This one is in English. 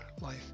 life